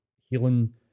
healing